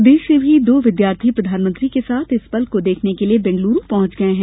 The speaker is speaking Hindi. प्रदेश से भी दो विद्यार्थी प्रधानमंत्री के साथ इस पल को देखने के लिए बैंगलुरू पहॅच गये हैं